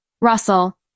Russell